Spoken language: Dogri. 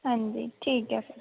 हां जी ठीक ऐ फिर